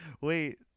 Wait